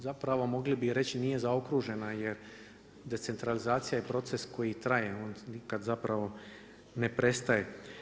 Zapravo mogli bi reći nije zaokružena jer decentralizacija je proces koji traje, on nikad zapravo ne prestaje.